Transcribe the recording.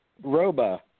Roba